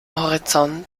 horizont